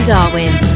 Darwin